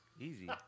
Easy